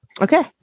Okay